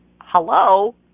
hello